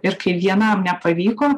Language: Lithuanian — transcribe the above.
ir kaip vienam nepavyko